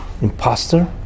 imposter